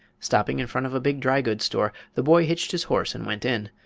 stopping in front of a big dry goods store, the boy hitched his horse and went in.